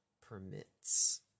permits